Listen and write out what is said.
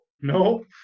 No